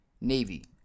Navy